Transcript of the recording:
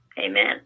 Amen